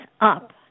up